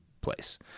place